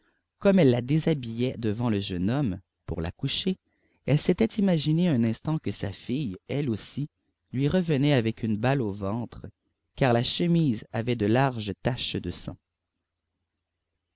comme elle la déshabillait devant le jeune homme pour la coucher elle s'était imaginée un instant que sa fille elle aussi lui revenait avec une balle au ventre car la chemise avait de larges taches de sang